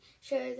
Sure